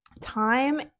time